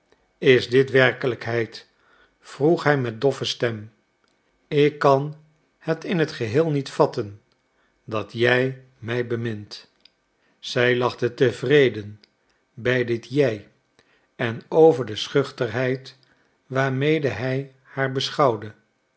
is dit werkelijkheid vroeg hij met doffe stem ik kan het in het geheel niet vatten dat jij mij bemint zij lachte tevreden bij dit jij en over de schuchterheid waarmede hij haar beschouwde